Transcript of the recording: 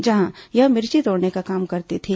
जहां यह मिर्ची तोड़ने का काम करती थी